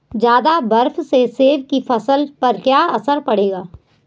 ज़्यादा बर्फ से सेब की फसल पर क्या असर पड़ेगा?